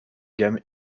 gamme